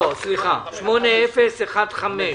מצביעים על 8015,